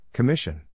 Commission